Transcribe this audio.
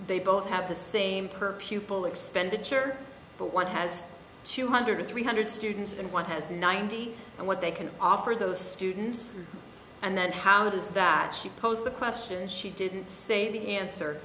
they both have the same per pupil expenditure but what has two hundred or three hundred students and what has ninety and what they can offer those students and then how does that she posed the question she didn't say the answer